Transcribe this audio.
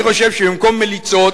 אני חושב שבמקום מליצות